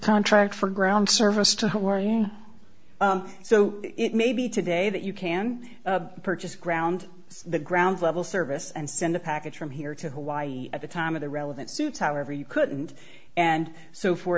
contract for ground service to where you so it may be today that you can purchase ground the ground level service and send a package from here to hawaii at the time of the relevant suit however you couldn't and so for